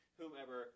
whomever